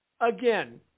again